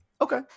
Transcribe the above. Okay